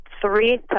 three